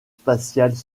spatiales